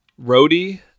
roadie